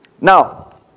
Now